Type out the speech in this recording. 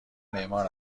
معمار